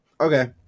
okay